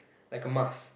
like a mask